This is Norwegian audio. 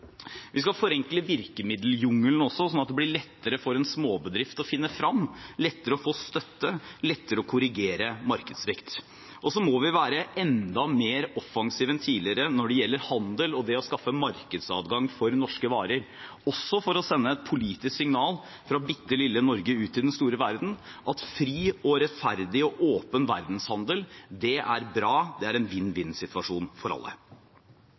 Vi skal også forenkle virkemiddeljungelen, sånn at det blir lettere for småbedrifter å finne frem, lettere å få støtte og lettere å korrigere markedssvikt. Så må vi være enda mer offensive enn tidligere når det gjelder handel og det å skaffe markedsadgang for norske varer, også for å sende et politisk signal fra bittelille Norge ut i den store verden om at fri, rettferdig og åpen verdenshandel er bra og en vinn-vinn-situasjon for alle. Lederen for Rødt sa at vi mangler verken ressurser eller penger. Det er en